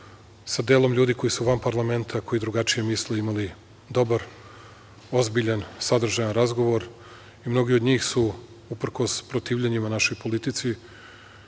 sa delom ljudi koji su van parlamenta, koji drugačije misle, imali dobar, ozbiljan, sadržajan razgovor i mnogi od njih su, uprkos protivljenjima našoj politici,